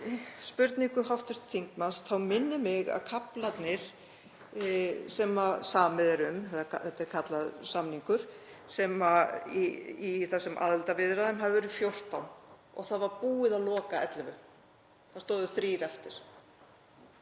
spurningu hv. þingmanns þá minnir mig að kaflarnir sem samið er um, þetta er kallað samningur, í þessum aðildarviðræðum hafi verið 14 og það var búið að loka 11. Þá stóðu þrír eftir